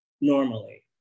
normally